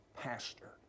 pastor